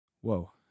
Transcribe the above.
Whoa